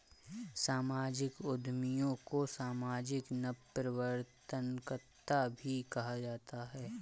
सामाजिक उद्यमियों को सामाजिक नवप्रवर्तनकर्त्ता भी कहा जाता है